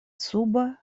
suba